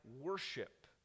worship